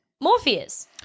Morpheus